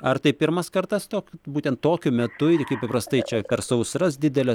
ar tai pirmas kartas tok būtent tokiu metu ir kaip paprastai čia per sausras dideles